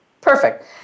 Perfect